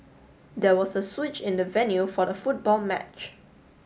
there was a switch in the venue for the football match